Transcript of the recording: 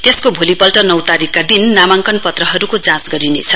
त्यसको भोलिपल्ट नौ तारिकका दिन नामाङ्कन पत्रहरुको जाँच गरिनेछ